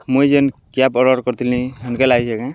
ମୁଇଁ ଯେନ୍ cab order କରିଥିଲି ହେନ୍କେ ଲାଗିଚେ କେଁ